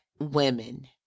women